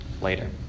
later